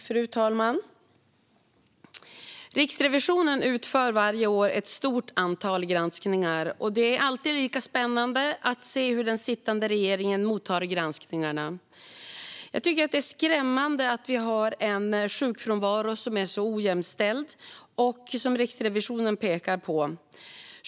Fru talman! Riksrevisionen utför varje år ett stort antal granskningar, och det är alltid lika spännande att se hur den sittande regeringen tar emot granskningarna. Jag tycker att det är skrämmande att vi har en sjukfrånvaro som är så ojämställd och som Riksrevisionen pekar på.